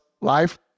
life